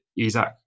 Isaac